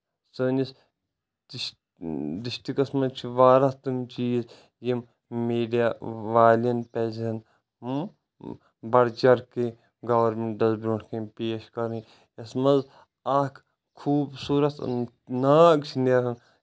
سٲنِس ڈِس ڈسٹرکٹس منٛز چھِ واریاہ تِم چیٖز یِم میٖڈیا والیٚن پَزن بَڑ چَڑ کے گورمینٹس برٚوںٛٹھ کنۍ پیش کَرٕنۍ یَتھ منٛز اکھ خوٗبصوٗرت ناگ چھُ نیران